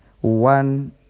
one